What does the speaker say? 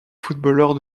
footballeurs